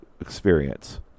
experience